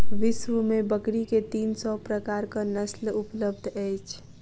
विश्व में बकरी के तीन सौ प्रकारक नस्ल उपलब्ध अछि